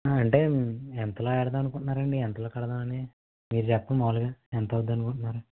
అంటే ఎంతలో ఎడదాం అనుకుంటున్నారు అండి ఎంతలో కడదామని మీరు చెప్పండి మాములుగా ఎంత అవుతుంది అనుకుంటున్నారు